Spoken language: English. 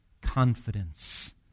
confidence